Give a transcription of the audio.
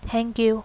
thank you